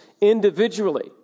individually